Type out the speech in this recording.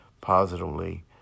positively